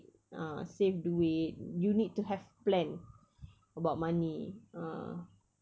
ah save duit you need to have plan about money ha